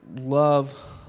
love